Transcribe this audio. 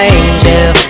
angel